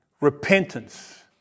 Repentance